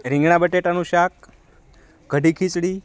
રીંગણા બટેટાનું શાક કઢી ખીચડી